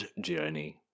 Journey